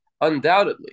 Undoubtedly